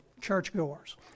churchgoers